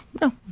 No